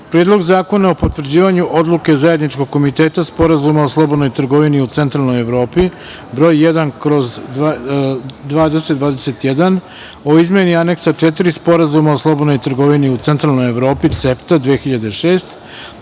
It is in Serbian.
Predlog zakona o potvrđivanju Odluke Zajedničkog komiteta Sporazuma o slobodnoj trgovini u Centralnoj Evropi Broj 1/2021 o izmeni Aneksa 4 Sporazuma o slobodnoj trgovini u Centralnoj Evropi (CEFTA 2006),